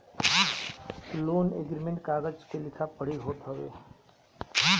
loan agreement कागज के लिखा पढ़ी होत हवे